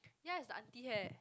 ya it's the aunty hair